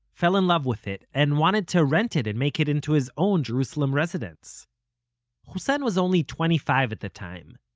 fell in love with it, and wanted to rent it and make it into his own jerusalem residence hussein was only twenty-five at the time.